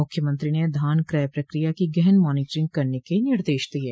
मुख्यमंत्री ने धान क्रय प्रक्रिया की गहन मानीटरिंग करने के निर्देश दिये